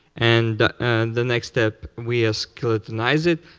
and and the next step we ah skeletonize it,